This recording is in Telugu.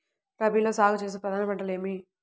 రబీలో సాగు చేసే ప్రధాన పంటలు ఏమిటి?